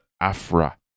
Afra